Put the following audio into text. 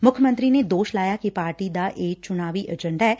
ਮੁੱਖ ਮੰਤਰੀ ਨੇ ਦੋਸ਼ ਲਾਇਆ ਕਿ ਪਾਰਟੀ ਦਾ ਇਹ ਚੁਣਾਵੀ ਏਜੰਡਾ ਐ